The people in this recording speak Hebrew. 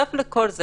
בנוסף לכל זה,